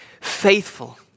faithful